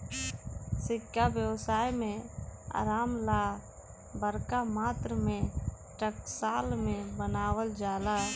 सिक्का व्यवसाय में आराम ला बरका मात्रा में टकसाल में बनावल जाला